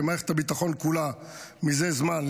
כשמערכת הביטחון כולה מזה זמן,